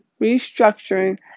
restructuring